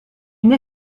une